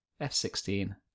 F16